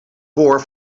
boor